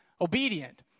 obedient